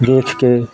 ਦੇਖ ਕੇ